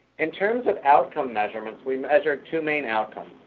in terms of outcome measurements, we measured two main outcomes.